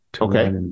Okay